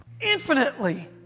infinitely